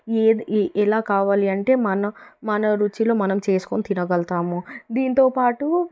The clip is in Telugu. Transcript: ఏది ఎలా కావాలంటే మనం మన రుచిలో మనం చేసుకొని తినగలుగుతాం దీంతో పాటు